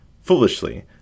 Foolishly